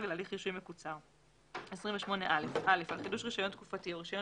להליך רישוי מקוצר - על חידוש רישיון תקופתי או רישיון